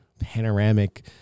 panoramic